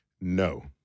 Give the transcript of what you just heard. No